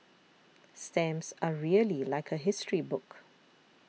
stamps are really like a history book